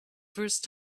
first